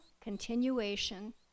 continuation